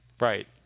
Right